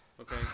okay